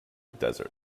desert